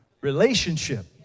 relationship